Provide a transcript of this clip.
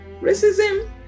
racism